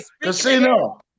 casino